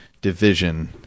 division